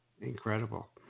Incredible